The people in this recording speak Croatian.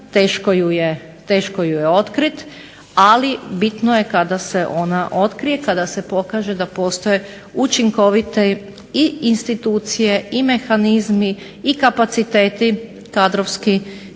teško ju je otkriti ali bitno je kada se ona otkrije, kada se pokaže da postoje učinkovite i institucije i mehanizmi i kapaciteti kadrovski,